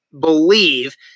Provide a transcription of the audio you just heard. believe